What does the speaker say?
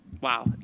Wow